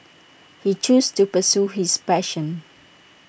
he chose to pursue his passion